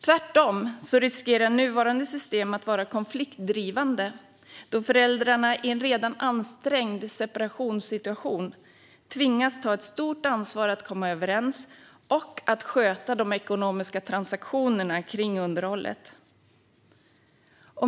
Tvärtom riskerar nuvarande system att vara konfliktdrivande, då föräldrarna i en redan ansträngd separationssituation tvingas ta ett stort ansvar att komma överens och sköta de ekonomiska transaktionerna rörande underhållet.